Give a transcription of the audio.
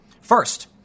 First